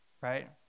Right